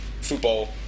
football